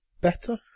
better